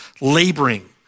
laboring